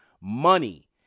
Money